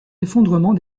effondrement